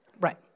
Right